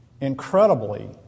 incredibly